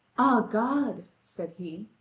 god! said he,